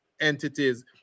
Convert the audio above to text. entities